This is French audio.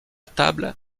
table